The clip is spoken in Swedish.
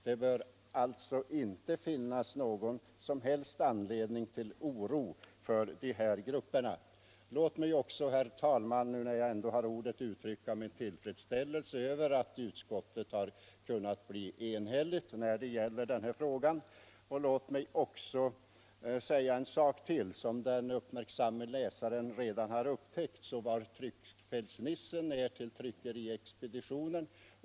Det bör alltså inte finnas någon som helst anledning till oro för dessa grupper. Låt mig också, herr talman, när jag ändå har ordet, uttrycka min tillfredsställelse över att utskottet kunnat bli enhälligt i den här frågan. Som den uppmärksamme läsaren redan upptäckt har Tryckfelsnisse varit framme på tryckeriexpeditionen.